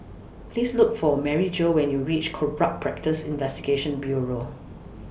Please Look For Maryjo when YOU REACH Corrupt Practices Investigation Bureau